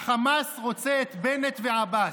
החמאס רוצה את בנט ועבאס.